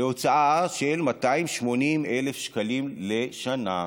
להוצאה של 280,000 שקלים לשנה,